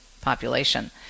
population